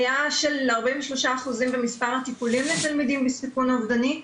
עלייה של 43% במספר הטיפולים לתלמידים בסיכון אובדני,